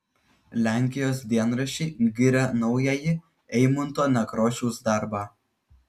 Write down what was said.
lenkijos dienraščiai giria naująjį eimunto nekrošiaus darbą